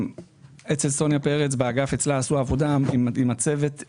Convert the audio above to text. באגף של סוניה פרץ עשו עבודה עם הצוות.